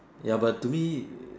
ya but to me